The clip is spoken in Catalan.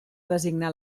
designar